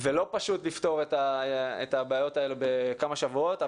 ולא פשוט לפתור את הבעיות האלה בכמה שבועות,